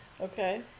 Okay